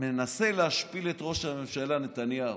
מנסה להשפיל את ראש הממשלה נתניהו,